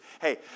Hey